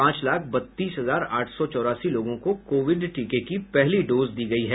पांच लाख बत्तीस हजार आठ सौ चौरासी लोगों को कोविड टीके की पहली डोज दी जा चुकी है